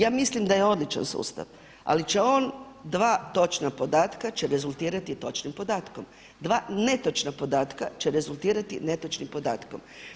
Ja mislim da je odličan sustav, ali će on dva točna podatka će rezultirati točnim podatkom, dva netočna podatka će rezultirati netočnim podatkom.